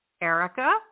Erica